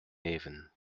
leven